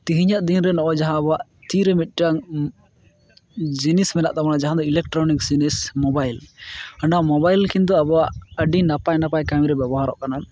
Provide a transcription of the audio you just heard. ᱛᱤᱦᱤᱧᱟᱜ ᱫᱤᱱ ᱨᱮ ᱱᱚᱜᱼᱚᱭ ᱡᱟᱦᱟᱸ ᱟᱵᱚᱣᱟᱜ ᱛᱤᱨᱮ ᱢᱤᱫᱴᱟᱝ ᱡᱤᱱᱤᱥ ᱢᱮᱱᱟᱜ ᱛᱟᱵᱚᱱᱟ ᱡᱟᱦᱟᱸ ᱫᱚ ᱤᱞᱮᱠᱴᱨᱚᱱᱤᱠ ᱡᱤᱱᱤᱥ ᱢᱚᱵᱟᱭᱤᱞ ᱚᱱᱟ ᱢᱚᱵᱟᱭᱤᱞ ᱠᱤᱱᱛᱩ ᱟᱵᱚᱣᱟᱜ ᱟᱹᱰᱤ ᱱᱟᱯᱟᱭ ᱱᱟᱯᱟᱭ ᱠᱟᱹᱢᱠᱤᱨᱮ ᱵᱮᱵᱚᱦᱟᱨᱚᱜ ᱠᱟᱱᱟ